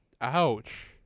Ouch